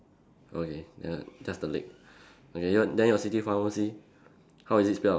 okay ya just the leg okay your then your city pharmacy how is it spell